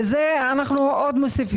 ואנחנו עוד מוסיפים.